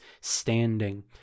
standing